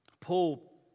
Paul